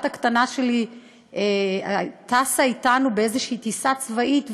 הקטנה שלי טסה אתנו באיזו טיסה צבאית,